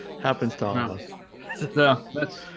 happens tall house though that's